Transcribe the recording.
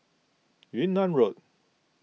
Yunnan Road